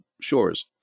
shores